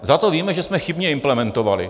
Zato víme, že jsme chybně implementovali.